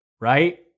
Right